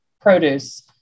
produce